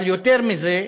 אבל יותר מזה,